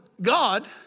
God